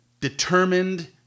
determined